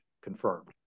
confirmed